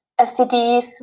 STDs